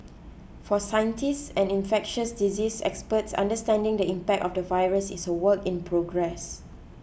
for scientists and infectious diseases experts understanding the impact of the virus is a work in progress